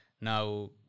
now